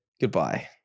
goodbye